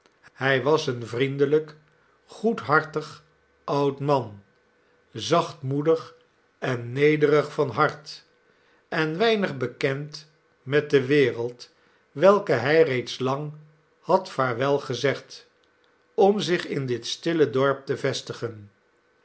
hij was een vriendelijk goedhartig oud man zachtmoedig en nederig van hart en weinig bekend met de wereld welke hij reeds lang had vaarwel gezegd om zich in dit stille dorp te vestigen